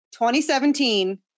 2017